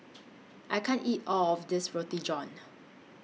I can't eat All of This Roti John